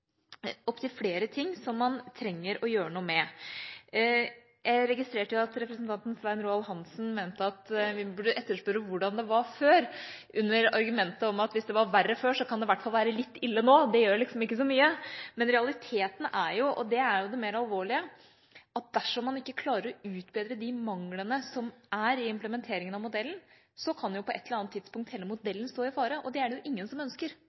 opptil flere ting som man trenger å gjøre noe med. Jeg registrerte at representanten Svein Roald Hansen mente at vi burde etterspørre hvordan det var før, under argumentet om at hvis de var verre før, kan det i hvert fall være litt ille nå. Det gjør liksom ikke så mye. Men realiteten er jo – og det er det mer alvorlige – at dersom man ikke klarer å utbedre de manglene som er i implementeringen av modellen, kan hele modellen på et eller annet tidspunkt stå i fare. Det er det jo ingen som ønsker,